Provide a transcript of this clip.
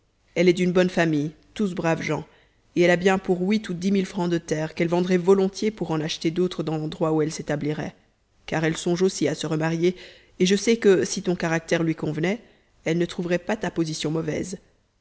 elle est d'une bonne famille tous braves gens et elle a bien pour huit ou dix mille francs de terres qu'elle vendrait volontiers pour en acheter d'autres dans l'endroit où elle s'établirait car elle songe aussi à se remarier et je sais que si ton caractère lui convenait elle ne trouverait pas ta position mauvaise